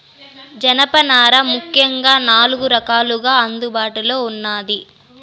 జనపనార ముఖ్యంగా నాలుగు రకాలుగా అందుబాటులో ఉన్నాది